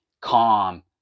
calm